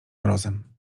mrozem